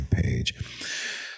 page